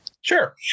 Sure